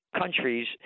countries